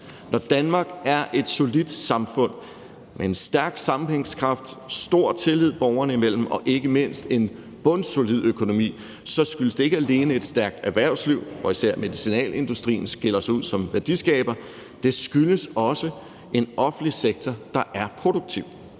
Når Danmark er et solidt samfund med en stærk sammenhængskraft, stor tillid borgerne imellem og ikke mindst en bundsolid økonomi, så skyldes det ikke alene et stærkt erhvervsliv, hvor især medicinalindustrien skiller sig ud som en værdiskaber, men det skyldes også en offentlig sektor, der er produktiv.